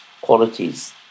qualities